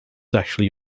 actually